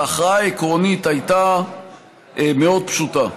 ההכרעה העקרונית הייתה מאוד פשוטה: